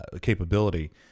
capability